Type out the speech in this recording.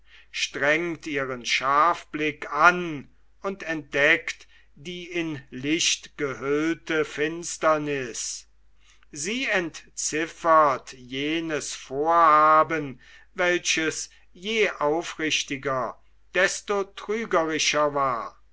strengt ihren scharfblick an und entdeckt die in licht gehüllte finsterniß sie entziffert jenes vorhaben welches je aufrichtiger desto trügerischer war